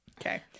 Okay